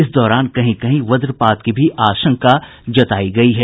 इस दौरान कहीं कहीं वज्रपात की भी आशंका जतायी गयी है